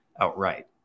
outright